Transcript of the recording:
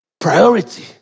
priority